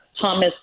Thomas